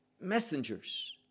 messengers